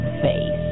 face